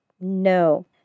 No